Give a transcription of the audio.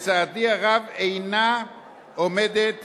לצערי הרב, אינן עומדות